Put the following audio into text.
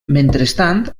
mentrestant